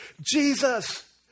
Jesus